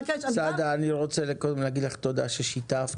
סעדה, אני קודם רוצה להגיד לך תודה ששיתפת